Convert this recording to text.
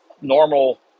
normal